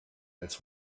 als